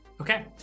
Okay